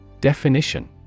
Definition